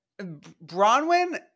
Bronwyn